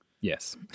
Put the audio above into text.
Yes